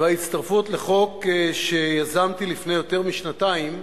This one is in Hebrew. וההצטרפות לחוק שיזמתי לפני יותר משנתיים,